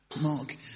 Mark